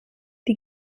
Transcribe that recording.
die